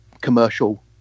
commercial